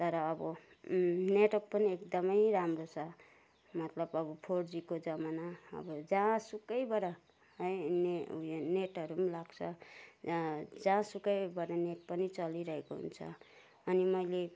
तर अब नेटवर्क पनि एकदमै राम्रो छ मतलब अब फोरजीको जमाना अब जहाँसुकैबाट है ने उयो नेटहरू पनि लाग्छ जहाँसुकैबाट नेट पनि चलिरहेको हुन्छ अनि मैले